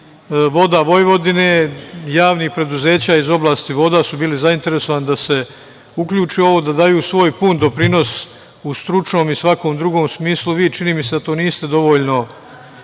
„Voda Vojvodine“, javnih preduzeća iz oblasti voda su bili zainteresovani da se uključi ovo, da daju svoj pun doprinos u stručnom i svakom drugom smislu. Vi, čini mi se da to niste dovoljno sagledali,